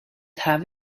have